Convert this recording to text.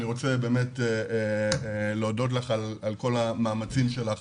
אני רוצה להודות לך על כל המאמצים שלך